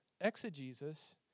Exegesis